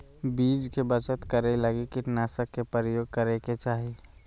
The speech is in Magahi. बीज के बचत करै लगी कीटनाशक के प्रयोग करै के चाही